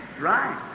right